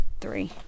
three